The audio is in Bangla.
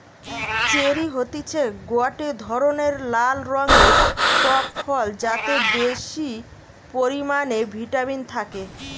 চেরি হতিছে গটে ধরণের লাল রঙের টক ফল যাতে বেশি পরিমানে ভিটামিন থাকে